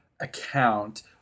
account